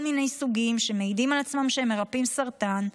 מיני סוגים שמעידים על עצמם שהם מרפאים סרטן.